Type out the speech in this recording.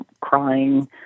crying